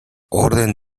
orden